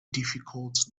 difficult